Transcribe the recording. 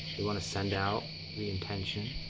want to send out the intention